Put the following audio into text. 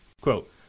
Quote